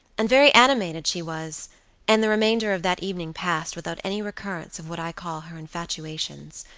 and very animated she was and the remainder of that evening passed without any recurrence of what i called her infatuations.